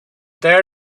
there